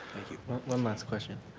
one last question.